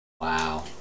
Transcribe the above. Wow